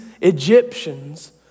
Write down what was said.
Egyptians